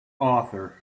author